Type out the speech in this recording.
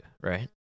right